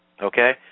Okay